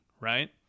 right